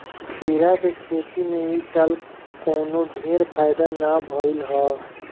खीरा के खेती में इ साल कवनो ढेर फायदा नाइ भइल हअ